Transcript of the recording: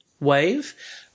wave